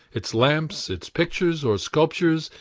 its lamps, its pictures or sculptures,